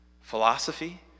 philosophy